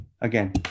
again